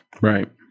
Right